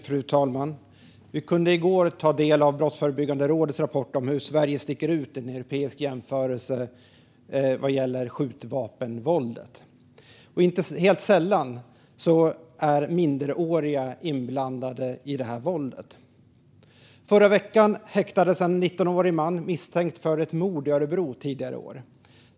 Fru talman! Vi kunde i går ta del av Brottsförebyggande rådets rapport om hur Sverige sticker ut i en europeisk jämförelse vad gäller skjutvapenvåldet. Inte helt sällan är minderåriga inblandade i det här våldet. Förra veckan häktades en 19-årig man misstänkt för ett mord i Örebro tidigare i år.